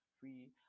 free